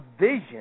vision